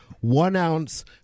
one-ounce